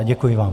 Děkuji vám.